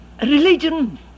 religion